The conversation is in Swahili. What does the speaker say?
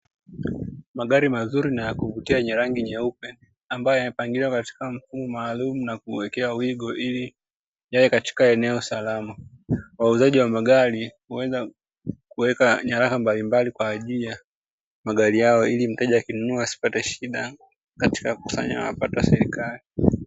Magari mazuri na ya kuvutia yenye rangi nyeupe, ambayo yamepangiliwa katika mfumo maalumu na kuwekewa wigo, ili yawe katika eneo salama. Wauzaji wa magari huweza kuweka nyaraka mbalimbali kwa ajili ya magari hayo, ili mteja akinunua asipate shida katika kukusanya mapato ya serikali.